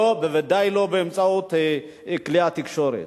בוודאי לא באמצעות כלי התקשורת.